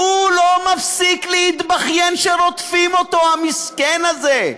הוא לא מפסיק להתבכיין שרודפים אותו, המסכן הזה.